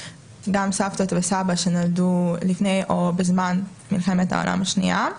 גם סבתות וסבא שנולדו לפני או בזמן מלחמת העולם השנייה.